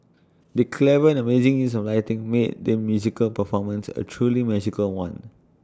the clever and amazing use of lighting made the musical performance A truly magical one